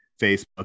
Facebook